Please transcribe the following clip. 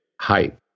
hype